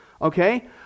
Okay